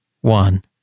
one